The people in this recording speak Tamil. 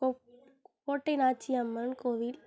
கோ கோட்டை நாச்சியம்மன் கோவில்